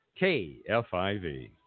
KFIV